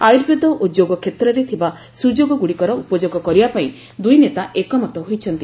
ଆର୍ୟୁବେଦ ଓ ଯୋଗ କ୍ଷେତ୍ରରେ ଥିବା ସୁଯୋଗଗୁଡ଼ିକର ଉପଯୋଗ କରିବା ପାଇଁ ଦୁଇ ନେତା ଏକମତ ହୋଇଛନ୍ତି